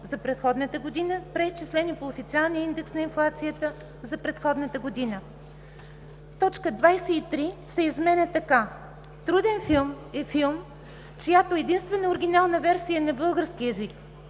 за предходната година, преизчислени по официалния индекс на инфлация за предходната година.” 3. Точка 23 се изменя така: „23. „Труден филм” е филм, чиято единствена оригинална версия е на български език